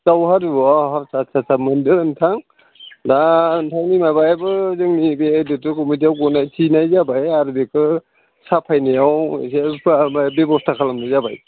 दावहारु अ आस्सा आस्सा आस्सा आस्सा मोन्दों नोंथां दा नोंथांनि माबायाबो जोंनि बे आदिदथ' कमिटियाव गनायथिनाय जाबाय आरो बेखो साफायनायाव हेलफारबादि बेबस्था खालामनाय जाबाय